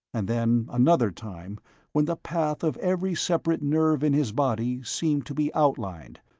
and then another time when the path of every separate nerve in his body seemed to be outlined,